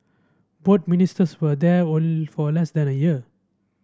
ministers were there only for less than a year